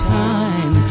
time